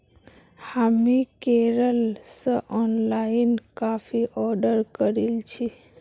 हामी केरल स online coffee order करील छि